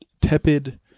tepid